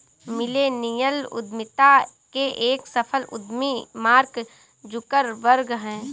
millennial उद्यमिता के एक सफल उद्यमी मार्क जुकरबर्ग हैं